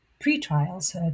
pre-trials